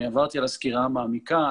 אני עברתי על הסקירה המעמיקה,